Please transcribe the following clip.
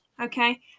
okay